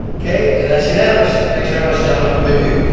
okay, and that's unanimous. thanks very much gentlemen. thank you.